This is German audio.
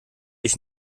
ich